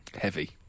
Heavy